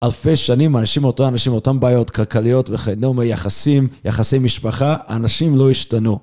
אלפי שנים אנשים מאותו אנשים מאותם בעיות כלכליות וכדומה, יחסים, יחסי משפחה, אנשים לא השתנו.